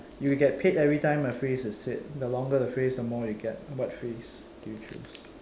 uh you will get paid every time a phrase is said the longer the phrase the more you get what phrase do you choose